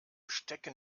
stecken